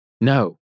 No